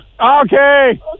okay